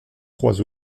trois